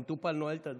המטופל נועל את הדלת,